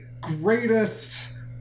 greatest